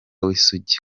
w’isugi